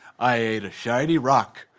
i ate a shiny rock.